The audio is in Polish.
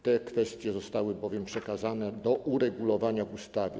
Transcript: Te kwestie zostały bowiem przekazane do uregulowania w ustawie.